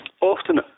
often